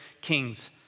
kings